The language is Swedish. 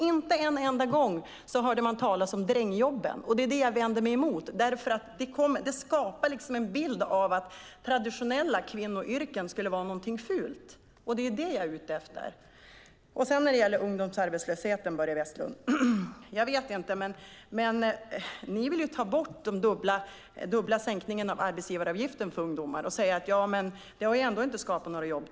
Inte en enda gång hörde man talas om drängjobben, och det är det jag vänder mig mot. Det skapar en bild av att traditionella kvinnoyrken skulle vara någonting fult. Det är det jag är ute efter. Sedan har vi ungdomsarbetslösheten, Börje Vestlund. Ni vill ju ta bort den dubbla sänkningen av arbetsgivaravgiften för ungdomar. Ni säger att det inte har skapat några jobb.